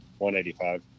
185